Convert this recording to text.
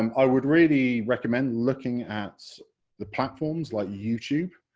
um i would really recommend looking at the platforms like youtube